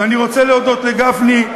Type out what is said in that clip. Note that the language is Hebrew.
ואני רוצה להודות לגפני,